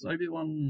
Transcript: Obi-Wan